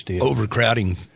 overcrowding